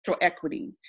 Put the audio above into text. equity